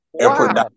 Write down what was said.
airport